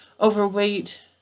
overweight